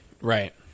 Right